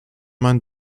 man